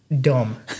dumb